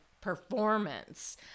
performance